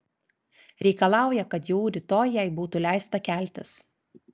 reikalauja kad jau rytoj jai būtų leista keltis